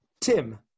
Tim